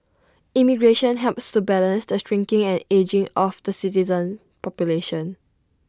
immigration helps to balance the shrinking and ageing of the citizen population